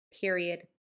period